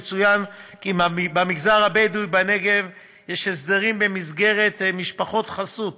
יצוין כי במגזר הבדואי בנגב יש הסדרים במסגרת "משפחות חסות",